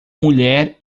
mulher